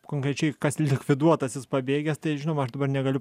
konkrečiai kas likviduotas jis pabėgęs tai žinoma aš dabar negaliu